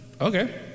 okay